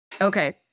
Okay